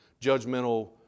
judgmental